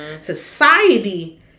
society